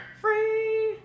Free